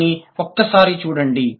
దాన్ని ఒక్కసారి చూడండి